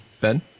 ben